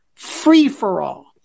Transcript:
free-for-all